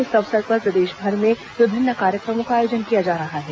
इस अवसर पर प्रदेशभर में विभिन्न कार्यक्रमों का आयोजन किया जा रहा है